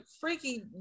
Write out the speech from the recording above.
freaky